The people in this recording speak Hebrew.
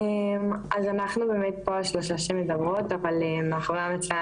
על מנת